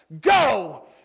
go